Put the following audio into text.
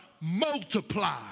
Multiply